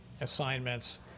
assignments